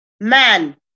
Man